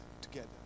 together